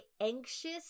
anxious